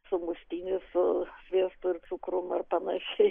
sumuštinį su sviestu ir cukrum ar panašiai